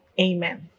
amen